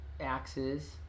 axes